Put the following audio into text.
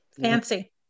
Fancy